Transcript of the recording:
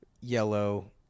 yellow